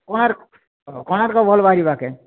କୋଣାର୍କ ଓ କୋଣାର୍କ ଭଲ୍ ବାହାରିବା କେଁ